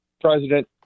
President